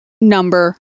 number